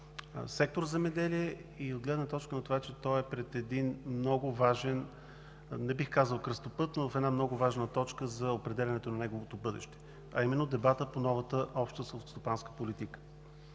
сектор „Земеделие“ и от гледна точка на това, че той е пред един много важен, не бих казал кръстопът, но е в много важна точка за определяне на неговото бъдеще, а именно дебатът по новата обща селскостопанска политика.